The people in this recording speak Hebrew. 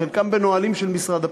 חלקם בנהלים של משרד הפנים,